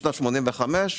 משנת 1985,